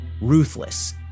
ruthless